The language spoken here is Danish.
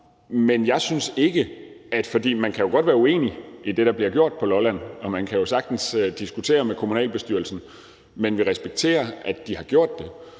den. Det er ikke ret mange. Man kan jo godt være uenig i det, der bliver gjort på Lolland, og man kan jo sagtens diskutere med kommunalbestyrelsen, men vi respekterer, at de har gjort det,